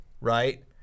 right